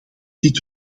dit